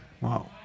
wow